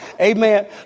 Amen